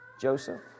Joseph